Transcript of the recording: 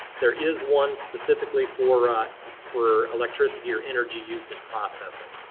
there is one specifically for ah for electricity or energy used in processing.